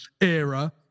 era